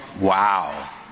Wow